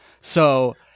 So-